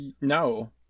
No